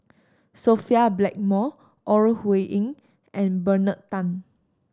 Sophia Blackmore Ore Huiying and Bernard Tan